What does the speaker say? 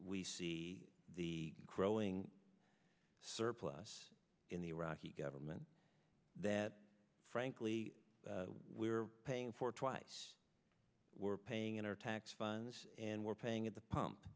we see the growing surplus in the iraqi government that frankly we're paying for twice we're paying in our tax funds and we're paying at the